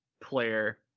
player